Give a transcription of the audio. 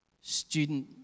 Student